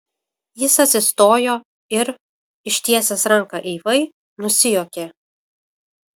jis atsistojo ir ištiesęs ranką eivai nusijuokė